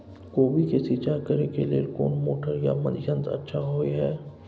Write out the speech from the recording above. कोबी के सिंचाई करे के लेल कोन मोटर या यंत्र अच्छा होय है?